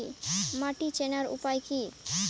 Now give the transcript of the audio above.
মাটি চেনার উপায় কি?